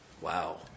Wow